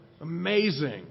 Amazing